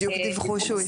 בדיוק דיווחו שהוא הסתיים.